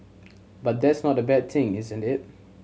but that's not a bad thing isn't it